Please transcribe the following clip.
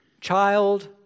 Child